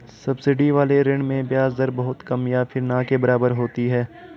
subsidy वाले ऋण में ब्याज दर बहुत कम या फिर ना के बराबर होती है